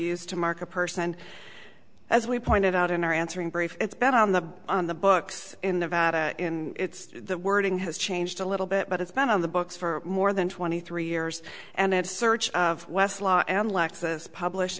used to mark a person and as we pointed out in our answering brief it's been on the on the books in nevada in the wording has changed a little bit but it's been on the books for more than twenty three years and search